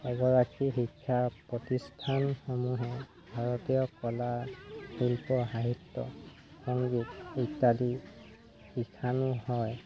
এগৰাকী শিক্ষা প্ৰতিষ্ঠানসমূহৰ ভাৰতীয় কলা শিল্প সাহিত্য সংগীত ইত্যাদি লিখনো হয়